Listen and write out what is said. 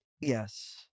Yes